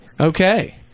Okay